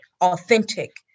authentic